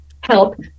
help